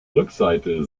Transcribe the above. rückseite